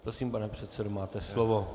Prosím, pane předsedo, máte slovo.